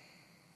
איך?